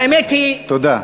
האמת היא, תודה.